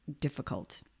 difficult